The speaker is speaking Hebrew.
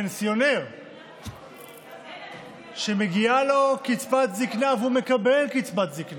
פנסיונר שמגיעה לו קצבת זקנה והוא מקבל קצבת זקנה,